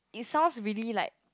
it sounds really like